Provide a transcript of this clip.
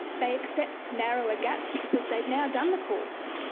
they accept narrower gaps because they have now done the course,